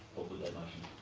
that motion.